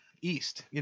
east